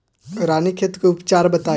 रानीखेत के उपचार बताई?